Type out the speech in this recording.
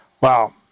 Wow